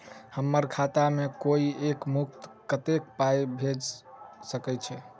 हम्मर खाता मे कोइ एक मुस्त कत्तेक पाई भेजि सकय छई?